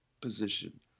position